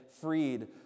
freed